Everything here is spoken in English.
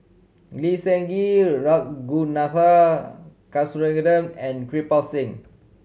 Lee Seng Gee Ragunathar Kanagasuntheram and Kirpal Singh